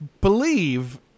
believe